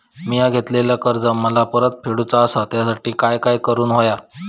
मिया घेतलेले कर्ज मला परत फेडूचा असा त्यासाठी काय काय करून होया?